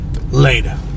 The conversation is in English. Later